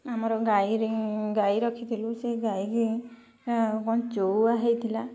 ଆମର ଗାଈରେ ଗାଈ ରଖିଥିଲୁ ସେ ଗାଈ କି କ'ଣ ଚଉଆ ହେଇଥିଲା